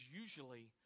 usually